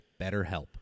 BetterHelp